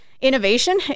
innovation